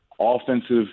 offensive